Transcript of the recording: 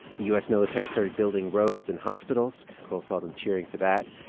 the u s. military started building roads and hospitals. quil saw them cheering for that.